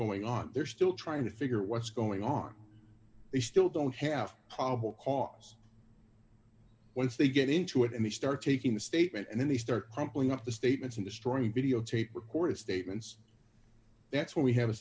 going on they're still trying to figure what's going on they still don't have probable cause once they get into it and they start taking the statement and then they start crumpling up the statements and destroying videotape recorded statements that's what we have a